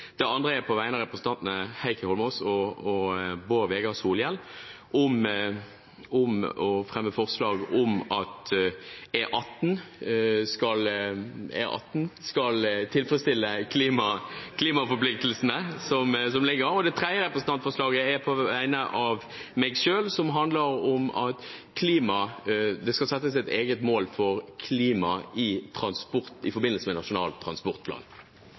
det ikke finnes vinmonopol, anledning til å få det. Det andre forslaget, på vegne av Bård Vegar Solhjell og meg selv, handler om å sikre at ny E18 tilfredsstiller klimaforpliktelsene som gjelder. Det tredje representantforslaget, på vegne av meg selv, handler om at det skal settes et eget mål for klima i forbindelse med ny Nasjonal transportplan.